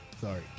Sorry